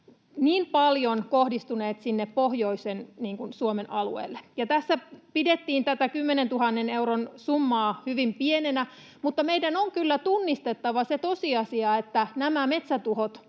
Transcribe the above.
niin paljon kohdistuneet sinne pohjoisen Suomen alueelle. Tässä pidettiin tätä 10 000 euron summaa hyvin pienenä, mutta meidän on kyllä tunnistettava se tosiasia, että nämä metsätuhot